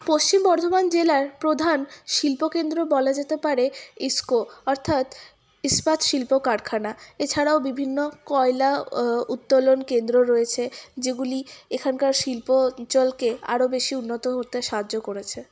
পশ্চিম বর্ধমান জেলার প্রধান শিল্পকেন্দ্র বলা যেতে পারে ইসকো অর্থাৎ ইস্পাত শিল্প কারখানা এছাড়াও বিভিন্ন কয়লা উত্তোলন কেন্দ্র রয়েছে যেগুলি এখানকার শিল্প অঞ্চলকে আরও বেশি উন্নত করতে সাহায্য করেছে